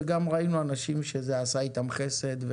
וגם ראינו אנשים שזה עשה איתם חסד.